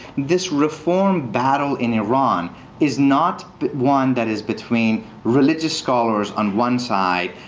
this reformed battle in iran is not one that is between religious scholars on one side,